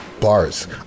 Bars